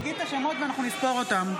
תגיד את השמות, ואנחנו נספור אותם.